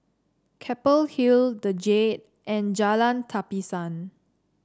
Keppel Hill the Jade and Jalan Tapisan